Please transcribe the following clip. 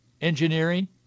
engineering